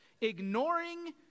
Ignoring